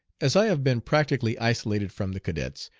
as i have been practically isolated from the cadets,